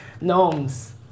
Gnomes